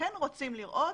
רוצים לראות.